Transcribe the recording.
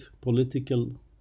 political